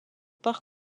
par